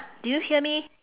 do you hear me